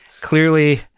Clearly